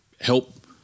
help